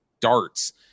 darts